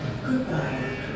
Goodbye